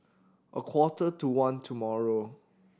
a quarter to one tomorrow